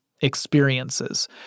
experiences